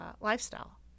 lifestyle